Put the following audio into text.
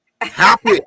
Happy